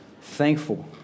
thankful